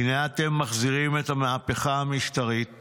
הינה אתם מחזירים את המהפכה המשטרית